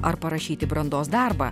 ar parašyti brandos darbą